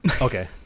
Okay